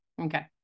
Okay